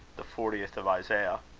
the fortieth of isaiah.